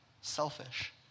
selfish